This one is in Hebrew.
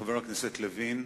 חבר הכנסת לוין.